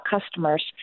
customers